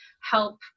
help